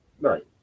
right